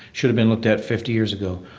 should have been looked at fifty years ago,